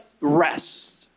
rest